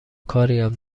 کاریم